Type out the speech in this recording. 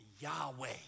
Yahweh